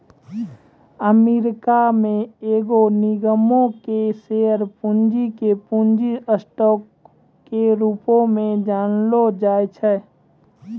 America मे एगो निगमो के शेयर पूंजी के पूंजी स्टॉक के रूपो मे जानलो जाय छै